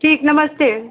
ठीक नमस्ते